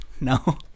No